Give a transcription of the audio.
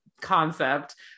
concept